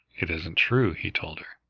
it isn't true, he told her.